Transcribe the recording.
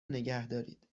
نگهدارید